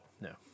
no